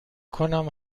کنم